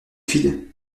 fille